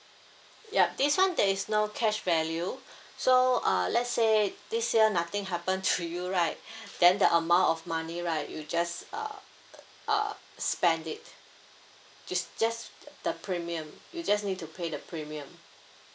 yup this one there is no cash value so uh let say this year nothing happen to you right then the amount of money right you just err err spend it just just the premium you just need to pay the premium